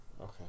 Okay